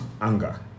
anger